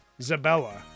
Zabella